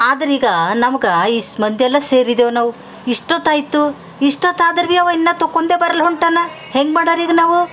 ಆದರೀಗ ನಮ್ಗೆ ಈಸ್ಮಂದಿ ಎಲ್ಲ ಸೇರಿದ್ದೆವ್ ನಾವು ಇಷ್ಟೊತ್ತಾಯಿತು ಇಷ್ಟೊತ್ತಾದರು ಬಿ ಅವ ಇನ್ನು ತಗೊಂದೆ ಬರಲ್ಲ ಹೊಂಟಾನ ಹೆಂಗೆ ಮಾಡೋರೀಗ ನಾವು